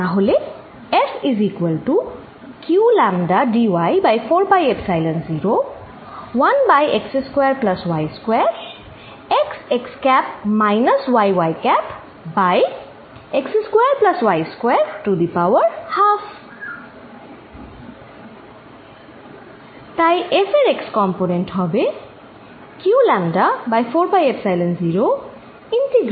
তাই F এর x component হবে q λ by 4 pi epsilon integration minus থেকে L2 xdy by x square plus square to the power 32